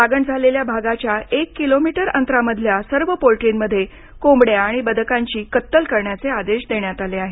लागण झालेल्या भागाच्या एक किलोमीटर अंतरामधल्या सर्व पोल्ट्रीमध्ये कोंबड्या आणि बदकांची कत्तल करण्याचे आदेश देण्यात आले आहेत